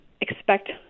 expect